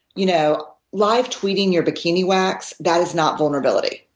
you know live tweeting your bikini wax? that is not vulnerability.